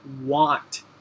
want